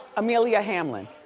amelia hamlin.